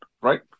right